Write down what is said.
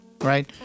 Right